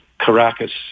Caracas